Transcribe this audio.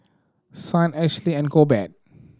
Signe Ashley and Corbett